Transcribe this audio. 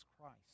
Christ